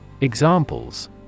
Examples